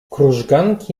krużganki